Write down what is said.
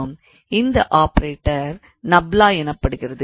இந்த operator nabla எனப்படுகிறது